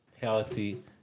healthy